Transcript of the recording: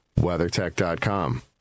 WeatherTech.com